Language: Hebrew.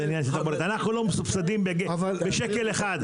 אנחנו לא מסובסדים בשקל אחד.